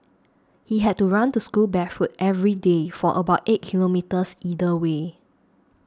he had to run to school barefoot every day for about eight kilometres either way